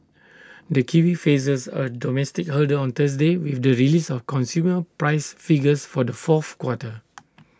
the kiwi faces A domestic hurdle on Thursday with the release of consumer price figures for the fourth quarter